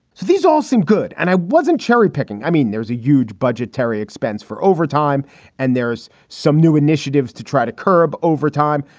so these all sound good. and i wasn't cherry picking. i mean, there's a huge budgetary expense for overtime and there's some new initiatives to try to curb overtime.